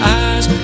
eyes